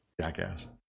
Jackass